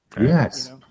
Yes